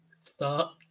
Start